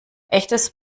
echtes